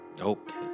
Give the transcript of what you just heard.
Okay